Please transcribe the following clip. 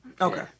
Okay